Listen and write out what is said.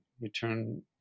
return